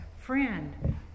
friend